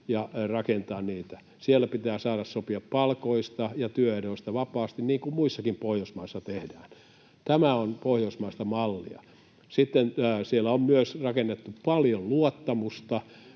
ja rakentaa niitä. Siellä pitää saada sopia palkoista ja työehdoista vapaasti, niin kuin muissakin Pohjoismaissa tehdään. Tämä on pohjoismaista mallia. Sitten siellä on myös rakennettu paljon luottamusta,